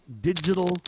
digital